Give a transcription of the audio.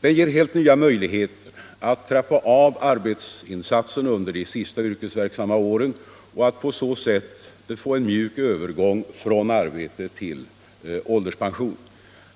Den ger helt nya möjligheter att trappa av arbetsinsatsen under de sista yrkesverksamma åren och att på så sätt få en mjuk övergång från arbete till ålderspension.